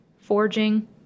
forging